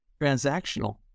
transactional